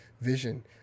vision